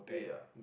yeah